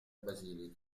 basilica